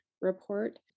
report